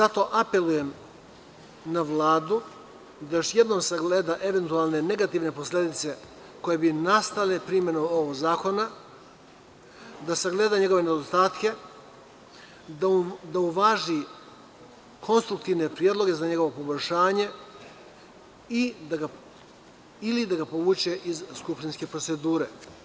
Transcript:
Apelujem na Vladu da još jednom sagleda eventualne negativne posledice koje bi nastale primenom ovog zakona, da sagleda njegove nedostatke, da uvaži konstruktivne predloge za njegovo poboljšanje, ili da ga povuče iz skupštinske procedure.